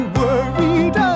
worried